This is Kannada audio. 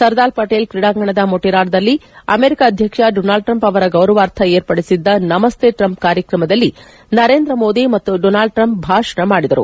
ಸರ್ದಾರ್ ಪಟೇಲ್ ಕ್ರೀಡಾಂಗಣದ ಮೊಟೆರಾದಲ್ಲಿ ಅಮೆರಿಕಾ ಅಧ್ಯಕ್ಷ ಡೊನಾಲ್ಡ್ ಟ್ರಂಪ್ ಅವರ ಗೌರವಾರ್ಥ ಏರ್ಪಡಿಸಿದ್ದ ನಮಸ್ತೆ ಟ್ರಂಪ್ ಕಾರ್ಯಕ್ರಮದಲ್ಲಿ ನರೇಂದ್ರ ಮೋದಿ ಮತ್ತು ಡೊನಾಲ್ಡ್ ಟ್ರಂಪ್ ಭಾಷಣ ಮಾಡಿದರು